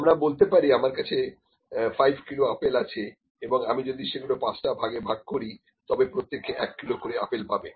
আমরা বলতে পারি আমার কাছে 5 কিলো আপেল আছে এবং আমি যদি সেগুলো পাঁচটা ভাগে ভাগ করি তবে প্রত্যেকে 1 কিলো করে আপেল পাবে